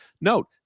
Note